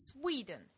Sweden